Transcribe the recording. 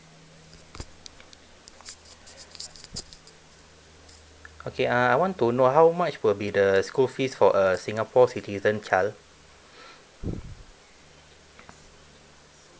okay uh I want to know how much will be the school fees for a singapore citizen child